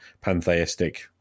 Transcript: pantheistic